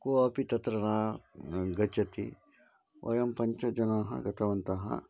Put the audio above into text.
कः अपि तत्र न गच्छति वयं पञ्चजनाः गतवन्तः